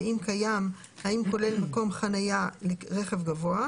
ואם קיים האם כולל מקום חניה לרכב גבוה.